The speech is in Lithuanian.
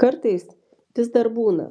kartais vis dar būna